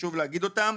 חשוב להגיד אותם.